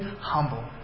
humble